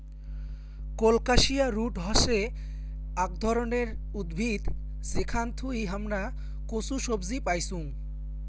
colocasia root হসে আক ধরণের উদ্ভিদ যেখান থুই হামরা কচু সবজি পাইচুং